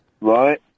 Right